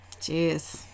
Jeez